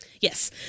yes